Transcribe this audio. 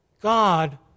God